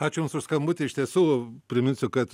aš jums už skambutį iš tiesų priminsiu kad